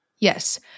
Yes